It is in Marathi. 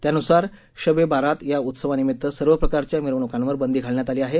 त्यानुसार शब ए बारात या उत्सवानिमित्त सर्व प्रकारच्या मिरवणुकांवर बंदी घालण्यात आली आहे